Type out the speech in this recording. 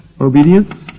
obedience